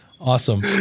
Awesome